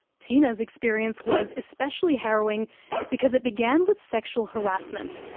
tina's experience was especially harrowing because it began with sexual harassment.